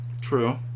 True